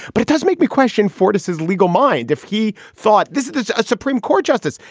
but it does make me question fortas his legal mind if he thought this is a supreme court justice.